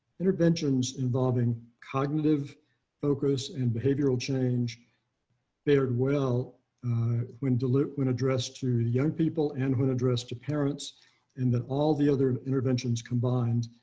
interventions involving cognitive focus and behavioral change fared well when dilute when address to young people and when address to parents in the all the other interventions combined